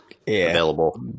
available